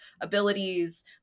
abilities